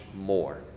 more